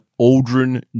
Aldrin